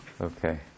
Okay